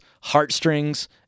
heartstrings